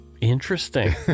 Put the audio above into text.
interesting